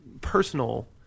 personal